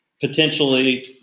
potentially